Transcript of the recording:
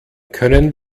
können